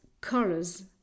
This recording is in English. colors